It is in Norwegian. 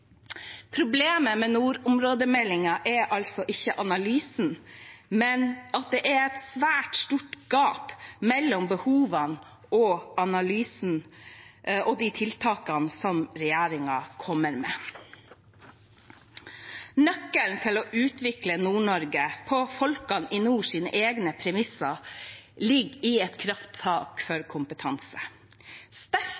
Problemet med nordområdemeldingen er altså ikke analysen, men at det er et svært stort gap mellom behovene og de tiltakene regjeringen kommer med. Nøkkelen til å utvikle Nord-Norge på folkene i nord sine egne premisser ligger i et krafttak